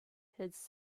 his